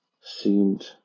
seemed